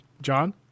John